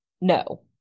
no